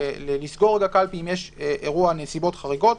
לסגור קלפי אם יש אירוע עם נסיבות חריגות.